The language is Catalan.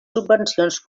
subvencions